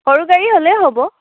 সৰু গাড়ী হ'লেও হ'ব